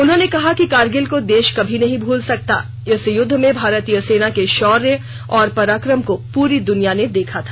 उन्होंने कहा कि कारगिल को देश कभी भूल नहीं सकता और इस युद्ध में भारतीय सेना के शौर्य और पराक्रम को पूरी दुनिया ने देखा था